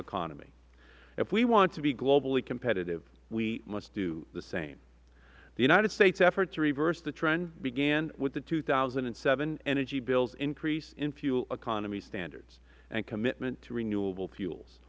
economy if we want to be globally competitive we must do the same the united states effort to reverse the trend began with the two thousand and seven energy bill's increase in fuel economy standards and commitment to renewable fuels